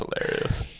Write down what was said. hilarious